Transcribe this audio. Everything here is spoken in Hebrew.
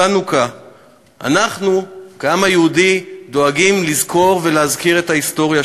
מדוע זוכרים